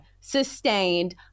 sustained